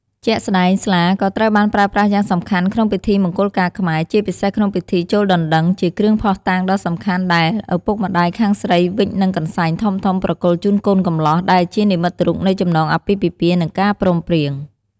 ជាក់ស្ដែង ស្លាក៏ត្រូវបានប្រើប្រាស់យ៉ាងសំខាន់ក្នុងពិធីមង្គលការខ្មែរ ជាពិសេសក្នុងពិធីចូលដណ្ដឹង ជាគ្រឿងភស្តុតាងដ៏សំខាន់ដែលឪពុកម្ដាយខាងស្រីវេចនឹងកន្សែងធំៗប្រគល់ជូនកូនកំលោះ ដែលជានិមិត្តរូបនៃចំណងអាពាហ៍ពិពាហ៍ និងការព្រមព្រៀង។